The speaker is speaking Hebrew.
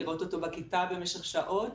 לראות אותו בכיתה במשך שעות,